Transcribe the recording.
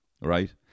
right